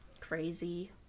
Crazy